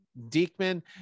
Deekman